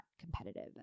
competitive